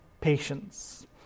Patience